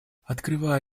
открывая